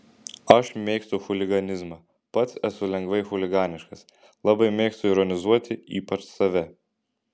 aš mėgstu chuliganizmą pats esu lengvai chuliganiškas labai mėgstu ironizuoti ypač save